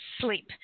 sleep